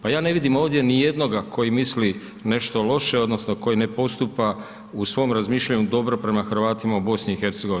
Pa ja ne vidim ovdje nijednoga koji misli nešto loše, odnosno koji ne postupa u svom razmišljanju dobro prema Hrvatima u BiH.